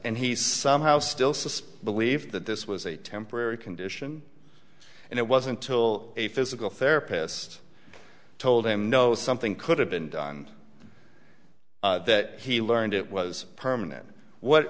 and he somehow still says believe that this was a temporary condition and it wasn't till a physical therapist told him no something could have been done that he learned it was permanent what